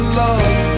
love